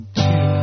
two